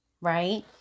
right